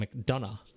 mcdonough